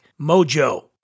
mojo